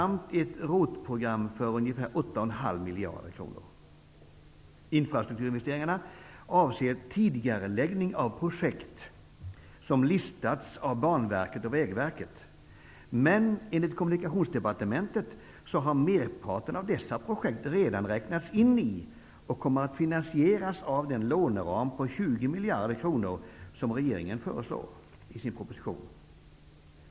Men enligt Kommunikationsdepartementet har merparten av dessa projekt redan räknats in i och kommer att finansieras av den låneram på 20 mdkr som regeringen föreslår i sin proposition.